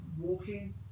walking